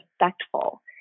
respectful